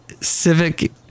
civic